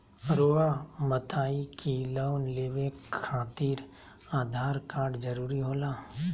रौआ बताई की लोन लेवे खातिर आधार कार्ड जरूरी होला?